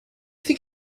think